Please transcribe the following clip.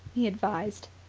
he advised.